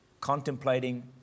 contemplating